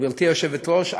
גברתי היושבת-ראש,